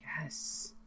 Yes